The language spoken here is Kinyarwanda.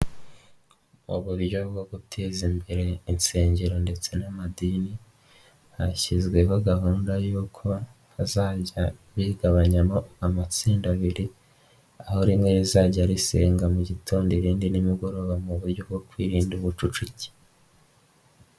Mu uburyo bwo guteza imbere insengero ndetse n'amadini, hashyizweho gahunda y'uko hazajya bigabanyamo amatsinda abiri, aho rimwe rizajya risenga mu gitondo irindi nimugoroba, mu buryo bwo kwirinda ubucukike.